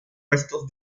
restos